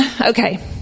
Okay